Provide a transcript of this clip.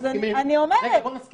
אז אני אומרת --- רגע בואי נסכים.